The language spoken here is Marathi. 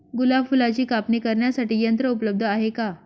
गुलाब फुलाची कापणी करण्यासाठी यंत्र उपलब्ध आहे का?